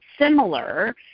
similar